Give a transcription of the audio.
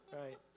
right